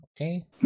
okay